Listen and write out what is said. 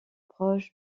proche